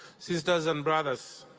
sisters and brothers,